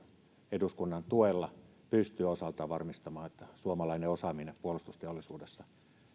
eduskunnan tuella pystyy osaltaan varmistamaan että suomalainen osaaminen puolustusteollisuudessa